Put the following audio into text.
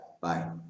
Bye